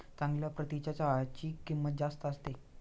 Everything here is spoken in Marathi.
चांगल्या प्रतीच्या चहाची किंमत जास्त असते